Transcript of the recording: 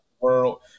World